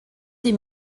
des